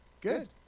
Good